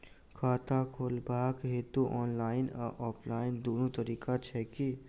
खाता खोलेबाक हेतु ऑनलाइन आ ऑफलाइन दुनू तरीका छै की?